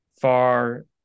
far